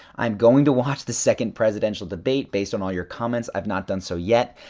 i'm going to watch the second presidential debate based on all your comments. i've not done so yet.